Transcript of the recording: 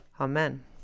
Amen